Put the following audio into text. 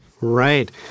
Right